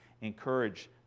encourage